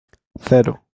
cero